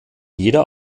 jeder